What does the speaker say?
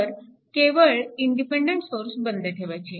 तर केवळ independent source बंद ठेवायचे